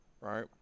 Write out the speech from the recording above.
right